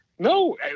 No